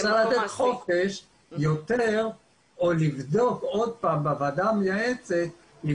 לכן יתכן מאוד שצריך לתת יותר חופש או לבדוק עוד פעם בוועדה המייעצת את